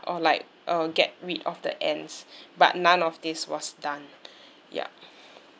or like uh get rid of the ants but none of this was done ya